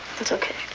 it's okay.